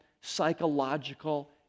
psychological